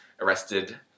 Arrested